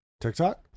TikTok